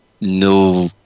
no